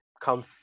come